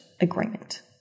agreement